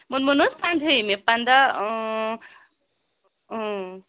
ووٚنمو نہَ حظ پنٛدہٲمہِ پنٛداہ